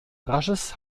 rasches